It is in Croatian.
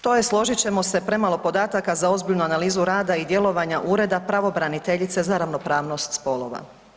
To je složit ćemo se premalo podataka za ozbiljnu analizu rada i djelovanja Ureda pravobraniteljice za ravnopravnost spolova.